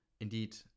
indeed